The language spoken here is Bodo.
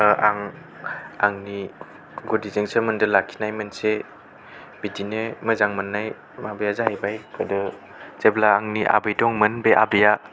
आं आंनि गुदिजों सोमोन्दो लाखिनाय मोनसे बिदिनो मोजां मोननाय माबाया जाहैबाय गोदो जेब्ला आंनि आबै दंमोन बे आबैया